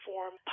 Form